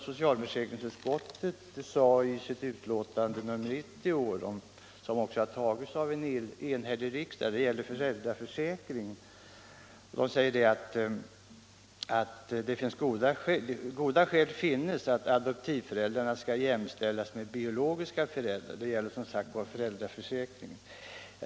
Socialförsäkringsutskottet skriver i år i sitt betänkande nr 90, som också har antagits av en enhällig riksdag, att goda skäl finns att adoptivföräldrarna skall jämställas med biologiska föräldrar. Detta gällde föräldraförsäkringen.